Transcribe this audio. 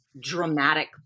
dramatic